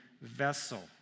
vessel